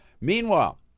Meanwhile